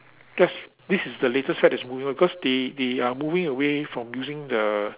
there's this is the latest fad that's moving on because they they are moving away from using the